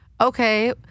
okay